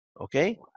okay